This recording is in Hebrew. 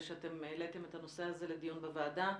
שאתם העליתם את הנושא הזה לדיון בוועדה.